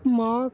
mack